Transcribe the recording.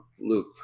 Luke